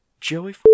Joey